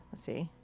see?